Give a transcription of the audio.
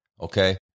okay